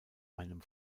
einem